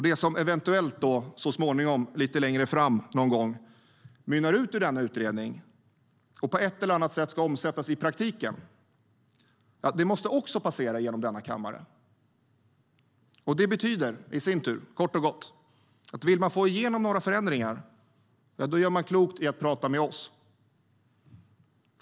Det som eventuellt lite längre fram någon gång mynnar ut i denna utredning och på ett eller annat sätt ska omsättas i praktiken måste också passera genom denna kammare. Det betyder i sin tur, kort och gott, att vill man få igenom några förändringar gör man klokt i att prata med oss.